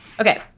Okay